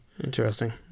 Interesting